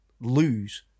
lose